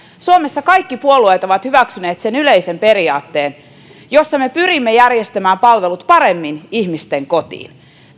suomessa kaikki puolueet ovat hyväksyneet sen yleisen periaatteen jonka mukaan me pyrimme järjestämään palvelut paremmin ihmisten kotiin